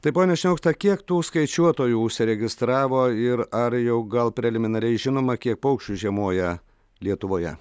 tai pone šniaukšta kiek tų skaičiuotojų užsiregistravo ir ar jau gal preliminariai žinoma kiek paukščių žiemoja lietuvoje